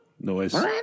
noise